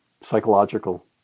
psychological